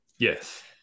Yes